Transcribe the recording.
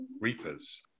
Reapers